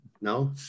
no